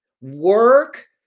work